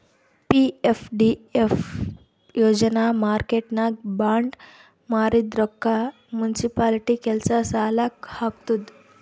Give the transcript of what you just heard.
PFDF ಯೋಜನಾ ಮಾರ್ಕೆಟ್ನಾಗ್ bond ಮಾರಿದ್ ರೊಕ್ಕಾ ಮುನ್ಸಿಪಾಲಿಟಿ ಕೆಲ್ಸಾ ಸಲಾಕ್ ಹಾಕ್ತುದ್